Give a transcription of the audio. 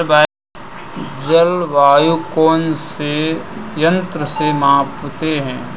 जलवायु को कौन से यंत्र से मापते हैं?